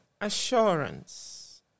assurance